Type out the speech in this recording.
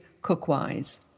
CookWise